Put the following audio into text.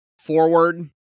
Forward